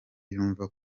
yumva